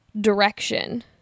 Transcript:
direction